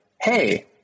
hey